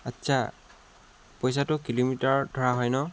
আচ্ছা পইচাটো কিলোমিটাৰত ধৰা হয় ন